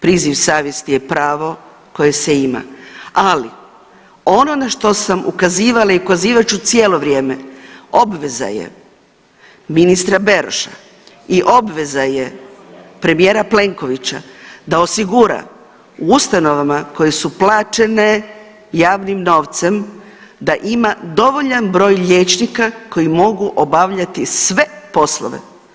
Priziv savjesti je pravo koje se ima, ali ono na što sam ukazivala i ukazivat ću cijelo vrijeme, obveza je ministra Beroša i obveza je premijera Plenkovića da osigura u ustanovama koje su plaćene javnim novcem da ima dovoljan broj liječnika koji mogu obavljati sve poslove.